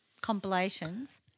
compilations